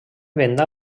venda